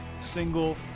single